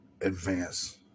advance